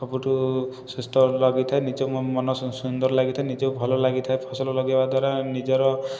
ସବୁଠୁ ସୁସ୍ଥ ଲାଗିଥାଏ ନିଜ ମନ ସୁନ୍ଦର ଲାଗିଥାଏ ନିଜକୁ ଭଲ ଲାଗିଥାଏ ଫସଲ ଲଗାଇବା ଦ୍ୱାରା ନିଜର